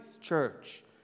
church